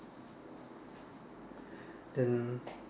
then